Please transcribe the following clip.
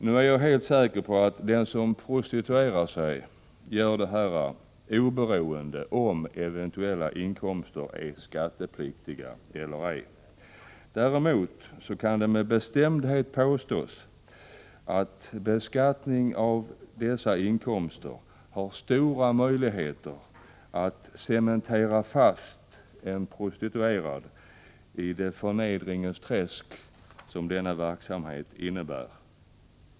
Jag är helt säker på att den som prostituerar sig gör detta oberoende om eventuella inkomster är skattepliktiga eller ej. Däremot kan det med bestämdhet påstås att möjligheten är stor att beskattning av dessa inkomster innebär att en prostituerad blir fast cementerad i de förnedringens träsk som denna verksamhet innebär.